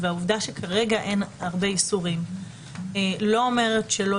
והעובדה שכרגע אין הרבה איסורים לא אומרת שלא